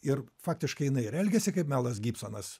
ir faktiškai jinai ir elgiasi kaip melas gibsonas